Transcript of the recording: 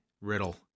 riddle